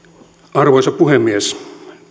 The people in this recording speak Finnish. arvoisa puhemies